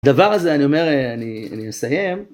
דבר זה אני אומר אני אסיים.